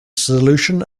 solution